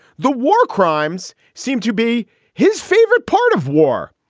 the war crimes seem to be his favorite part of war.